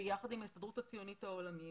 ביחד עם ההסתדרות הציונית העולמית